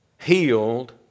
healed